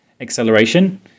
acceleration